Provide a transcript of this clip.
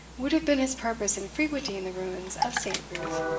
would have been his purpose in frequenting the ruins of st. ruth,